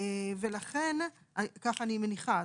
ולכן ככה אני מניחה,